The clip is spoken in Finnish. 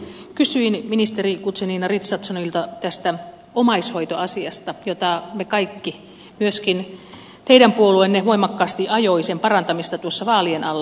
kysyin ministeri guzenina richardsonilta tästä omaishoitoasiasta jota me kaikki ajoimme myöskin teidän puolueenne voimakkaasti ajoi sen parantamista tuossa vaalien alla